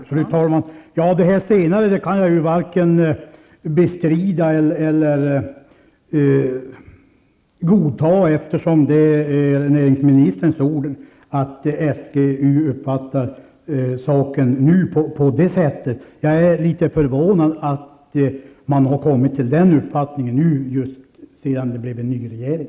Fru talman! Detta senare kan jag varken bestrida eller godta, eftersom det är näringsministerns ord att SGU uppfattar saken på det här sättet nu. Jag är litet förvånad över att man har kommit till den uppfattningen just nu sedan det blivit en ny regering.